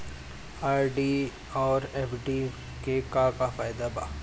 RD आउर FD के का फायदा बा?